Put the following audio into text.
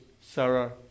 Sarah